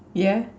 yeah